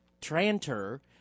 Tranter